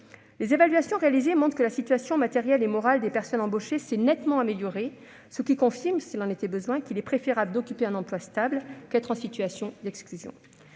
Les évaluations réalisées montrent que la situation matérielle et morale des personnes embauchées s'est nettement améliorée, ce qui confirme, s'il en était besoin, qu'il est préférable d'occuper un emploi stable que d'être en situation d'exclusion.